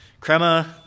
Crema